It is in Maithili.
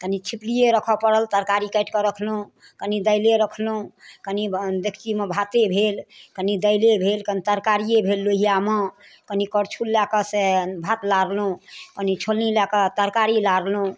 कनि छिपलिए रखऽ पड़ल तरकारी काटिके रखलहुँ कनि दालिए रखलहुँ कनि डेकचीमे भाते भेल कनि दालिए भेल कनि तरकारिए भेल लोहिआमे कनि करछुल लऽ कऽ से भात लारलहुँ कनि छोलनी लऽ कऽ तरकारी लारलहुँ